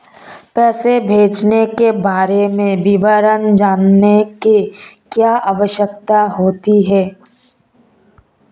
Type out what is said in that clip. पैसे भेजने के बारे में विवरण जानने की क्या आवश्यकता होती है?